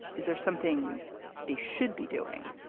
is there something they should be doing?